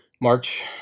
March